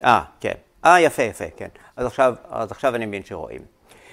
‫אה, כן. אה, יפה, יפה, כן. ‫אז עכשיו אני מבין שרואים.